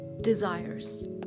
desires